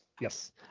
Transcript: yes